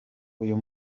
uyu